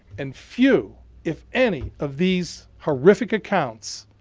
and few, if any, of these horrific accounts